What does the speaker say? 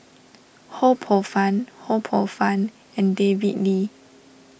Ho Poh Fun Ho Poh Fun and David Lee